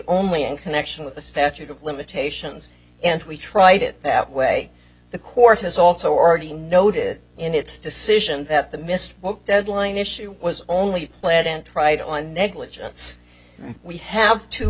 only in connection with the statute of limitations and we tried it that way the court has also already noted in its decision that the missed deadline issue was only planned and tried on negligence we have t